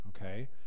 Okay